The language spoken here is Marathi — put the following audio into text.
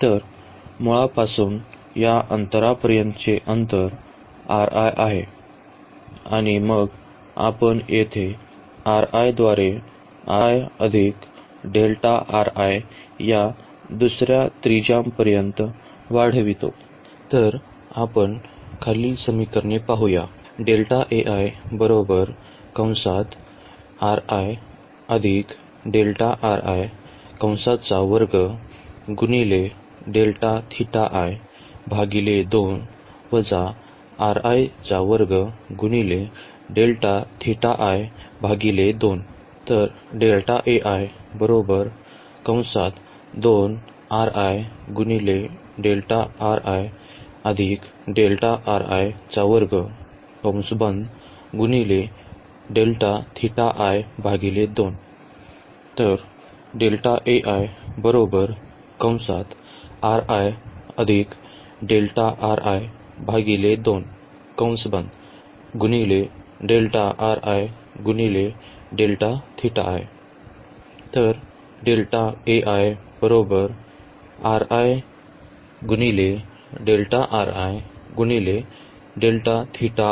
तर मुळापासून या अंतरापर्यंतचे अंतर आहे आणि मग आपण येथे द्वारे या दुसर्या त्रिज्यापर्यंत वाढवितो